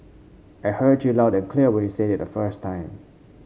I heard you loud and clear when you said it the first time